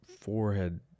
Forehead